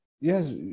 yes